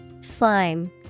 Slime